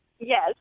yes